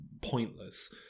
pointless